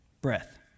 Breath